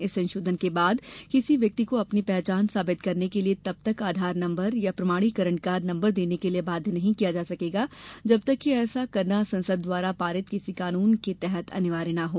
इस संशोधन के बाद किसी व्यक्ति को अपनी पहचान साबित करने के लिए तब तक आधार नम्बर या प्रमाणीकरण का नम्बर देने के लिए बाध्य नहीं किया जा सकेगा जब तक कि ऐसा करना संसद द्वारा पारित किसी कानून के तहत अनिवार्य न हो